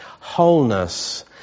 wholeness